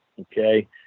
Okay